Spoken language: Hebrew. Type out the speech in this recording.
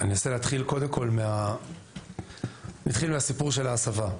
אני אנסה להתחיל קודם כל מהסיפור של ההסבה.